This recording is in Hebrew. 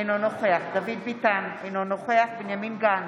אינו נוכח דוד ביטן, אינו נוכח בנימין גנץ,